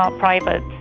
um private.